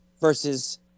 versus